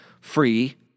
free